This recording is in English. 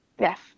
Yes